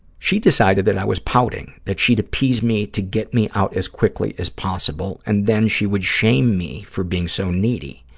she decided that i was pouting, that she'd appease me to get me out as quickly as possible, and then she would shame me for being so needy.